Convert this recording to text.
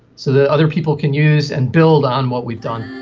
so that other people can use and build on what we've done.